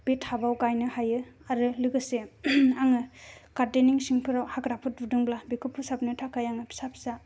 बै थाबाय गायनो हायो आरो लोगोसे आङो गार्देनिं सिंफ्राव हाग्राफोर नुदोंब्ला बेखौ फोसाबनो थाखाय आं फिसा फिसा